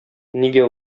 нигә